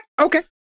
Okay